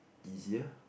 easier